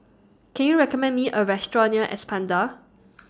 Can YOU recommend Me A Restaurant near Espada